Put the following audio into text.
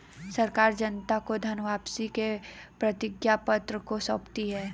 सरकार जनता को धन वापसी के प्रतिज्ञापत्र को सौंपती है